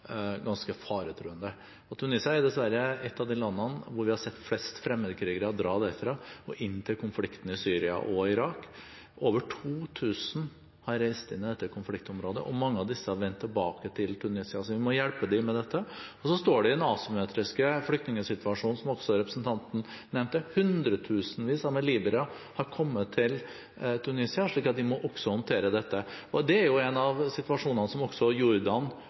ganske faretruende. Tunisia er dessverre et av de landene hvorfra vi har sett flest fremmedkrigere dra inn til konfliktene i Syria og Irak. Over 2 000 har reist inn i dette konfliktområdet, og mange av disse har vendt tilbake til Tunisia. Så vi må hjelpe dem med dette. Så står de i en asymmetrisk flyktningsituasjon, som også representanten nevnte, ved at hundretusenvis av libyere har kommet til Tunisia, slik at de også må håndtere dette. Det er en situasjon som også Jordan